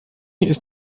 ist